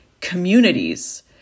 communities